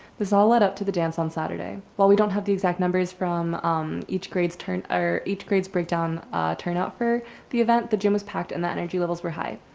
this all led up to the dance on saturday. well, we don't have the exact numbers from um each grades turn or each grades breakdown turnout for the event the gym was packed and that energy levels were high.